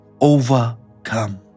Overcome